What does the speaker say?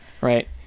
Right